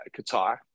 Qatar